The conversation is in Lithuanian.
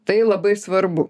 tai labai svarbu